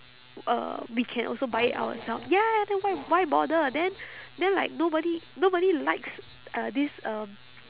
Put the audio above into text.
uh we can also buy it oursel~ ya then why why bother then then like nobody nobody likes uh this um